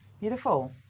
Beautiful